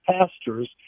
pastors